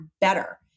better